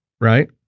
right